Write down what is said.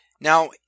Now